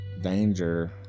danger